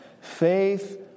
Faith